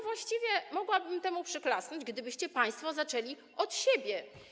Właściwie mogłabym temu przyklasnąć, gdybyście państwo zaczęli od siebie.